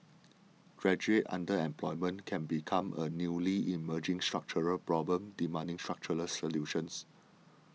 graduate underemployment can become a newly emerging structural problem demanding structural solutions